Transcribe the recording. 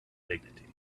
dignity